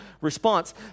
response